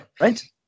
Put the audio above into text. right